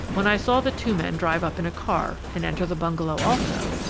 when i saw the two men drive up in a car and enter the bungalow also,